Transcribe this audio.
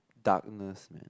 darkness man